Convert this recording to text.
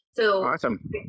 Awesome